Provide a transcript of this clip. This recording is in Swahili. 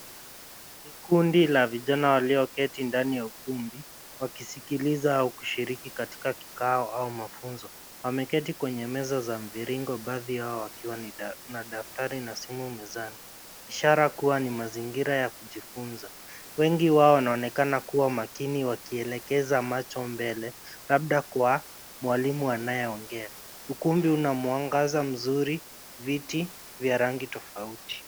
Ni kundi la vijana wlioketi ndani ya ukumbi wakisikiliza au kushiriki katika kikao au mafunzo. Wameketi kwenye meza za mviringo, baadhi yao wakiwa na madaftari na simu mezani, ishara kuwa ni mazingira ya kujifunza. Wengi wao wanaonekana kuwa makini wakielekeza macho mbele labda kwa malimua anayeongea. Ukumbi una mwangaza mzuri, viti vya rangi tofauti.